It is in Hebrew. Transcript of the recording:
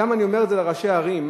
גם אני אומר את זה לראשי ערים,